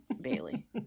Bailey